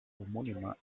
homónima